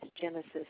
genesis